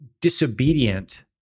disobedient